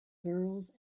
girls